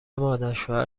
مادرشوهر